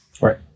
Right